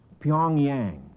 Pyongyang